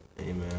Amen